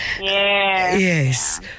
yes